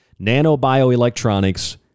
Nanobioelectronics